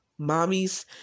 Mommies